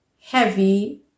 heavy